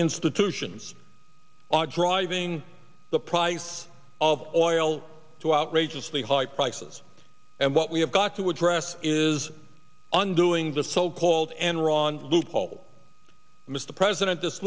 institutions ah driving the price of oil to outrageously high prices and what we have got to address is undoing the so called enron loophole mr president this